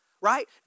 right